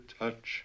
touch